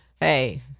hey